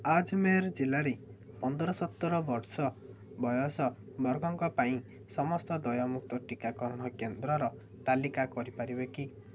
ଆଜ୍ମେର୍ ଜିଲ୍ଲାରେ ପନ୍ଦର ସତର ବର୍ଷ ବୟସ ବର୍ଗଙ୍କ ପାଇଁ ସମସ୍ତ ଦୟମୁକ୍ତ ଟିକାକରଣ କେନ୍ଦ୍ରର ତାଲିକା କରିପାରିବେ କି